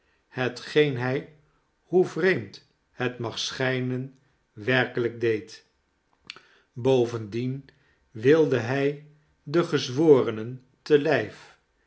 hetgeen hij hoe vreemd het mag schijnen werkelyk deed bovendien wilde hij de gezworenen te lijf